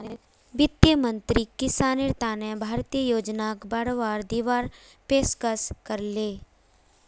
वित्त मंत्रीक किसानेर तने भारतीय योजनाक बढ़ावा दीवार पेशकस करले